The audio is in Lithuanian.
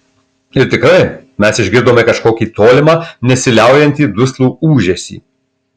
ir tikrai mes išgirdome kažkokį tolimą nesiliaujantį duslų ūžesį